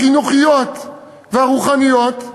החינוכיות והרוחניות,